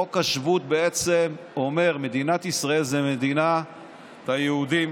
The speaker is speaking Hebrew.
חוק השבות בעצם אומר: מדינת ישראל זו מדינת היהודים,